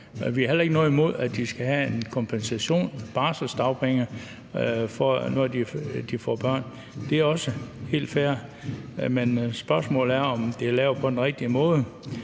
Vi har heller ikke noget imod, at de skal have en kompensation for barselsdagpenge, når de får børn; det er også helt fair. Men spørgsmålet er, om det er lavet på den rigtige måde,